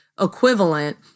equivalent